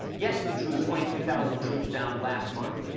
yes, we drew twenty two thousand troops down last month.